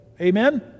amen